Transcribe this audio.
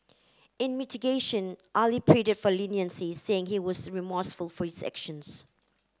in mitigation Ali pleaded for leniency saying he was remorseful for his actions